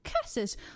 Curses